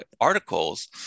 articles